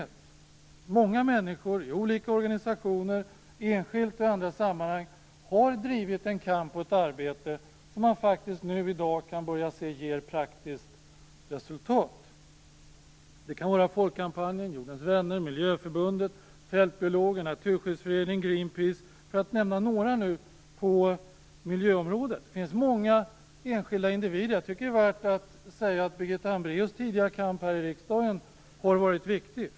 Det är många människor i olika organisationer, enskilt och i andra sammanhang som har drivit en kamp och ett arbete som vi nu i dag kan se börjar ge ett praktiskt resultat. Det kan vara Folkkampanjen, Jordens vänner, Miljöförbundet, Fältbiologerna, Naturskyddsföreningen, Greenpeace, för att nämna några på miljöområdet. Det finns många enskilda individer som också har arbetat för detta. Jag tycker att det är värt att säga att Birgitta Hambraeus tidiga kamp här i riksdagen har varit viktig.